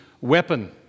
weapon